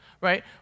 right